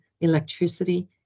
electricity